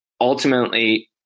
ultimately